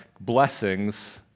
blessings